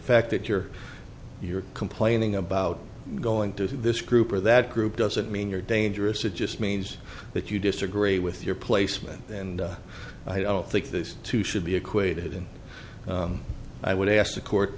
fact that you're you're complaining about going to this group or that group doesn't mean you're dangerous it just means that you disagree with your placement and i don't think this too should be equated and i would ask the court